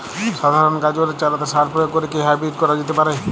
সাধারণ গাজরের চারাতে সার প্রয়োগ করে কি হাইব্রীড করা যেতে পারে?